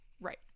Right